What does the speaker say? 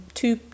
two